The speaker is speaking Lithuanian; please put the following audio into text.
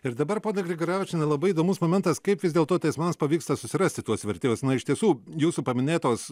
ir dabar ponia grigaravičiene labai įdomus momentas kaip vis dėlto teismams pavyksta susirasti tuos vertėjus iš tiesų jūsų paminėtos